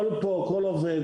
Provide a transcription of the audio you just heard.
כל עובד